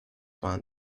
one